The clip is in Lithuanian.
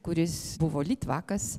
kuris buvo litvakas